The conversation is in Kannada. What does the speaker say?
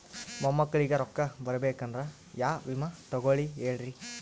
ಮೊಮ್ಮಕ್ಕಳಿಗ ರೊಕ್ಕ ಬರಬೇಕಂದ್ರ ಯಾ ವಿಮಾ ತೊಗೊಳಿ ಹೇಳ್ರಿ?